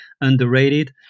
underrated